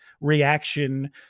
reaction